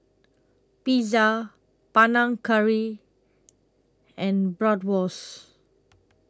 Pizza Panang Curry and Bratwurst